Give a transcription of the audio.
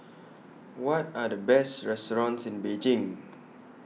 What Are The Best restaurants in Beijing